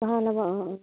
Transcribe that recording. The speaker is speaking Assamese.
ন'ব অঁ অঁ